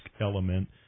element